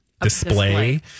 display